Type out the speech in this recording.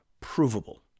provable